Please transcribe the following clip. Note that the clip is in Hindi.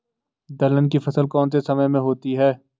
दलहन की फसल कौन से समय में होती है?